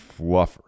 fluffers